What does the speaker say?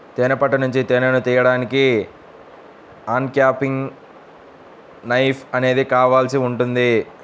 తేనె పట్టు నుంచి తేనెను తీయడానికి అన్క్యాపింగ్ నైఫ్ అనేది కావాల్సి ఉంటుంది